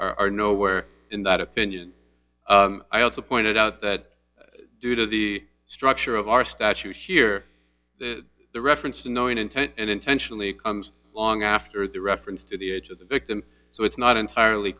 are no where in that opinion i also pointed out that due to the structure of our statutes here the reference to knowing intent and intentionally comes along after the reference to the age of the victim so it's not entirely